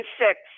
six